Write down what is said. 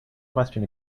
question